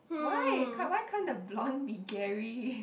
why can't why can't a blond be Gary